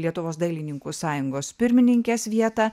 lietuvos dailininkų sąjungos pirmininkės vietą